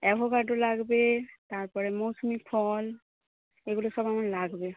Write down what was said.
avocado লাগবে তারপরে মৌসুমী ফল এগুলো সব আমার লাগবে